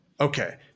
Okay